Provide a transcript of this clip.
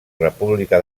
república